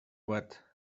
wet